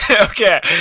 Okay